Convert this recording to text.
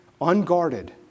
unguarded